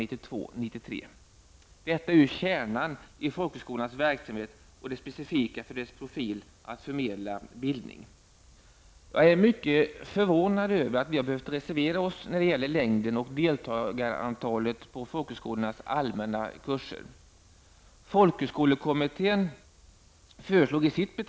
Detta är ju kärnan i folkhögskolans verksamhet och det specifika för dess profil att förmedla bildning. Jag är mycket förvånad över att vi behövt reservera oss när det gäller längden och deltagarantalet på folkhögskolornas allmänna kurser.